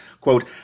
Quote